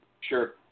Sure